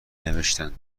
نوشتند